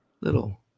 little